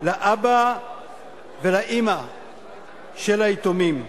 לאבא ולאמא של היתומים,